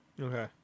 Okay